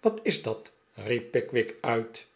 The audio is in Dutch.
wat is dat riep pickwick uit